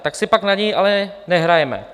Tak si pak na něj ale nehrajme.